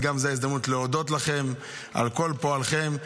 זאת גם ההזדמנות להודות לכם על כל פועלכם.